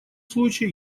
случае